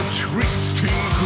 twisting